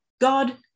God